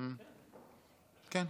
כן.